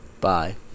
Bye